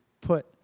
put